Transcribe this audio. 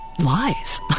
lies